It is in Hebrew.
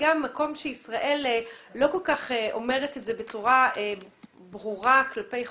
גם מקום שישראל לא כל כך אומרת את זה בצורה ברורה כלפי חוץ,